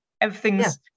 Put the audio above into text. everything's